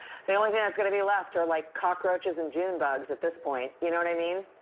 the only thing that's going to be left are like cockroaches and june bugs at this point, you know what i mean?